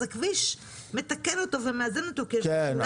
אז הכביש מתקן אותו ומאזן אותו כי יש --- כן,